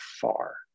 far